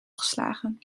geslagen